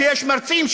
שיש מרצים,